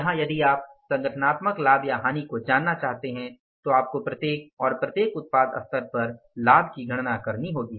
यहां यदि आप संगठनात्मक लाभ या हानि को जानना चाहते हैं तो आपको प्रत्येक और प्रत्येक उत्पाद स्तर पर लाभ की गणना करनी होगी